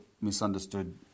misunderstood